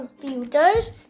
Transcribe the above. computers